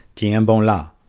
tiens-bon-la.